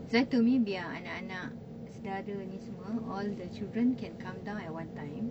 so to me biar anak-anak saudara ni semua all the children can come down at one time